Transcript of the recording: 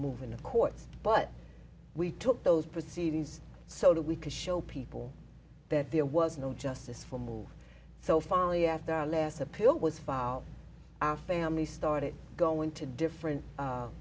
move in the courts but we took those proceedings so that we could show people that there was no justice for move so finally after our last appeal was filed our family started going to different